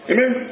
Amen